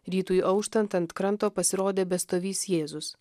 rytui auštant ant kranto pasirodė bestovįs jėzus